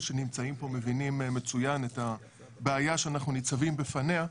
שנמצאים פה מבינים מצוין את הבעיה שאנחנו ניצבים בפניה.